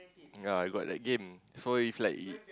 ya I got the game so if like it